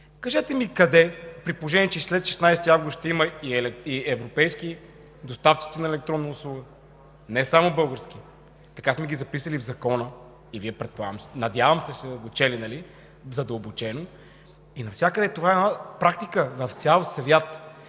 Кажете ми къде, при положение че след 16 август ще има и европейски доставчици на електронна услуга – не само български, така сме ги записали в Закона и се надявам Вие да сте го чели задълбочено. Навсякъде това е практика, в целия свят,